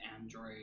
Android